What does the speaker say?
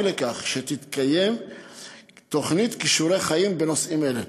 לכך שתתקיים תוכנית "כישורי חיים" בנושאים אלה.